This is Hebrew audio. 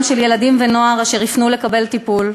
של ילדים ונוער אשר יפנו לקבל טיפול.